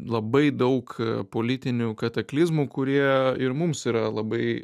labai daug politinių kataklizmų kurie ir mums yra labai